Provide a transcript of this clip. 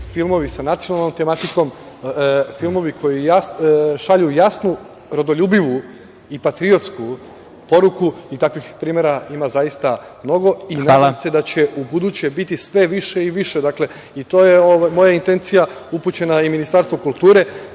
filmovi sa nacionalnom tematikom, filmovi koji šalju jasnu, rodoljubivu i patriotsku poruku i takvih primera ima zaista mnogo i nadam se da će ubuduće biti sve više i više. To je moja intencija upućena Ministarstvu kulture,